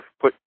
put